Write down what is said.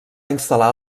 instal·lar